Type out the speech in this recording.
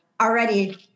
already